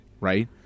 right